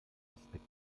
aspekt